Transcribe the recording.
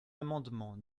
amendement